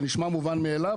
זה נשמע מובן מאליו,